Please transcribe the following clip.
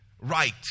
right